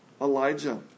Elijah